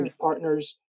partners